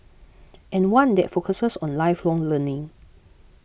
and one that focuses on lifelong learning